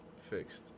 fixed